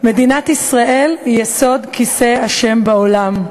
מדינת ישראל היא יסוד כיסא ה' בעולם,